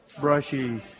brushy –